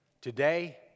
today